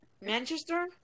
Manchester